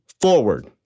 forward